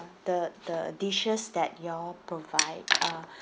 the the dishes that you all provide uh